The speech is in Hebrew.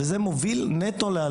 זה נטו מוביל לאלימות.